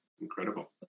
Incredible